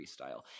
freestyle